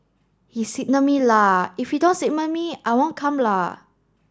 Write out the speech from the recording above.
he signal me la if he don't signal me I won't come la